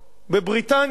בבריטניה.